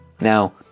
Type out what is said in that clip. now